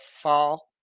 fall